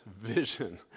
vision